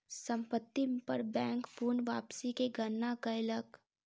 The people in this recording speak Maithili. संपत्ति पर बैंक पूर्ण वापसी के गणना कयलक